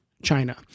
China